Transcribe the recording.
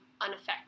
unaffected